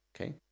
Okay